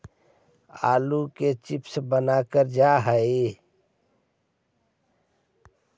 आलू के चिप्स बनावल जा हइ